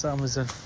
Amazon